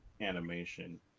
animation